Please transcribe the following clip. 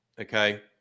okay